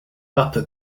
upper